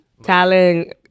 talent